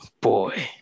boy